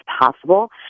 possible